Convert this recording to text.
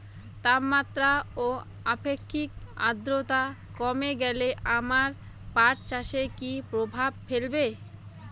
তাপমাত্রা ও আপেক্ষিক আদ্রর্তা কমে গেলে আমার পাট চাষে কী প্রভাব ফেলবে?